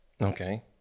Okay